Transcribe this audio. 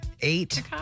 Eight